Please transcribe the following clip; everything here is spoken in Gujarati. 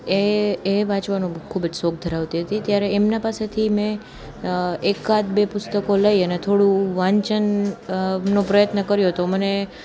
એ એ વાંચવાનો ખૂબ જ શોખ ધરાવતી હતી ત્યારે એમના પાસેથી મેં એકાદ બે પુસ્તકો લઈ અને થોડું વાંચન નો પ્રયત્ન કર્યો તો મને